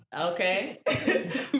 Okay